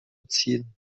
ziehen